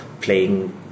playing